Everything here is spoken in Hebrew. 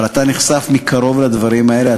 אבל אתה נחשף מקרוב לדברים האלה,